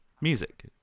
music